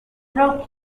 role